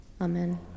Amen